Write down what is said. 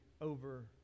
over